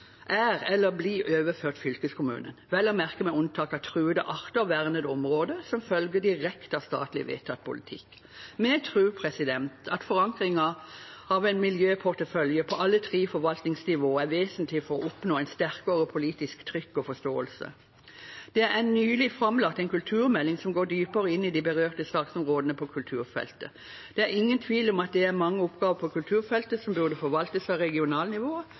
er eller blir overført til fylkeskommunen – vel å merke med unntak av truede arter og vernede områder, som følger direkte av statlig vedtatt politikk. Vi tror at forankringen av en miljøportefølje på alle tre forvaltningsnivåer er vesentlig for å oppnå sterkere politisk trykk og forståelse. Det er nylig framlagt en kulturmelding som går dypere inn i de berørte saksområdene på kulturfeltet. Det er ingen tvil om at det er mange oppgaver på kulturfeltet som burde forvaltes av